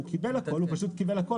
הוא קיבל הכול אלא שהוא פשוט קיבל הכול